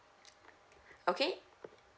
okay